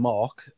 Mark